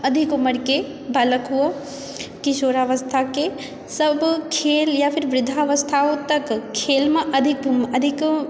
अधिक उमरके बालक हो किशोरावस्थाके सब खेल या फेर वृद्धावस्थाओ तक खेलमऽ अधिक अधिक